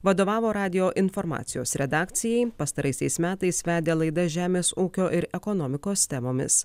vadovavo radijo informacijos redakcijai pastaraisiais metais vedė laidą žemės ūkio ir ekonomikos temomis